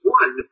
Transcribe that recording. one